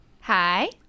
Hi